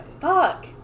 Fuck